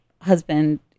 husband